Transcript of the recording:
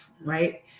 Right